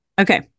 Okay